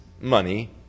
money